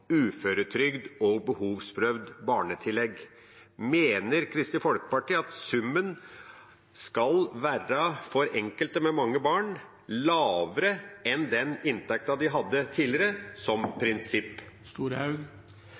uføretrygd og behovsprøvd barnetillegg? Mener Kristelig Folkeparti at summen for enkelte med mange barn skal være lavere enn den inntekten de hadde tidligere, som prinsipp?